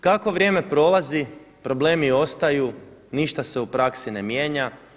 Kako vrijeme prolazi problemi ostaju, ništa se u praksi ne mijenja.